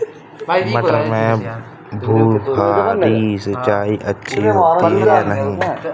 मटर में फुहरी सिंचाई अच्छी होती है या नहीं?